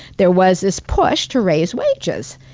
there was this push to raise wages.